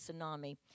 tsunami